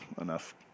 enough